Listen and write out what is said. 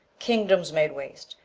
kingdoms made waste,